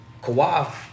Kawhi